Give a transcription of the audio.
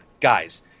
guys